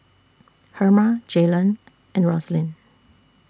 Herma Jalon and Roslyn